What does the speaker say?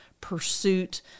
pursuit